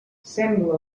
sembla